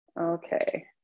Okay